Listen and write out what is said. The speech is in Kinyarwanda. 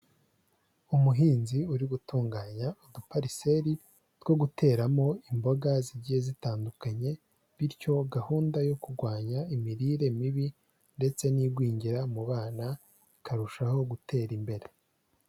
Umuhinzi uri gutunganya udupariseri two guteramo imboga zigiye zitandukanye bityo gahunda yo kurwanya imirire mibi ndetse n'igwingira mu bana ikarushaho gutera imbere.